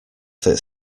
that